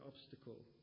obstacle